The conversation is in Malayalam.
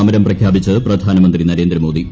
സമരം പ്രഖ്യാപിച്ച് പ്രധാനമന്ത്രി നരേന്ദ്രമോദി